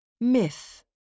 Myth